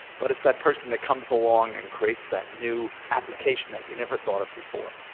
but as that person that comes along and creates that new application that you never thought of before.